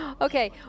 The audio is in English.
Okay